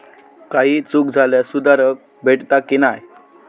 काही चूक झाल्यास सुधारक भेटता की नाय?